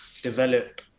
develop